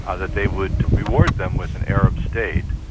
ah that they would reward them with an arab state.